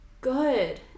good